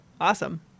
Awesome